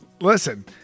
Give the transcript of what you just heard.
Listen